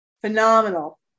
Phenomenal